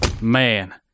Man